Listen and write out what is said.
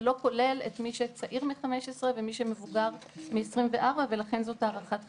זה לא כולל את מי שצעיר מגיל 15 ומי שמבוגר מגיל 24 ולכן זאת הערכת חסר.